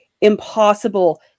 impossible